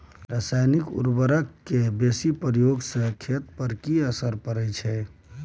रसायनिक उर्वरक के बेसी प्रयोग से खेत पर की असर परै छै?